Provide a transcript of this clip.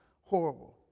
Horrible